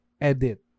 edit